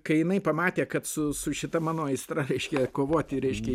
kai jinai pamatė kad su su šita mano aistra reiškia kovoti reiškia